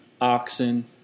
oxen